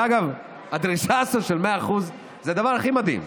ואגב, הדרישה הזו של 100% זה הדבר הכי מדהים.